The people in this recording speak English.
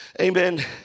amen